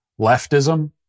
leftism